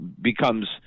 becomes